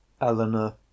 Eleanor